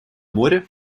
море